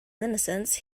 innocence